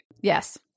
Yes